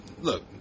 look